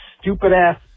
stupid-ass